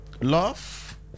love